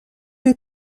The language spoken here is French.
les